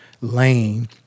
lane